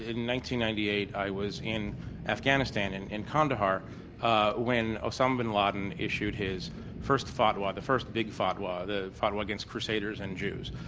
ninety ninety eight, i was in afghanistan, in in kandahar ah when osama bin laden issued his first fatwa, the first big fatwa, the fatwa against crusaders and jews.